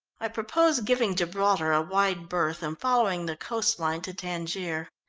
i propose giving gibraltar a wide berth, and following the coast line to tangier.